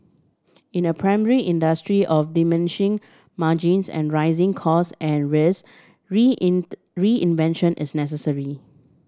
in a primary industry of diminishing margins and rising cost and risk reinvention is necessary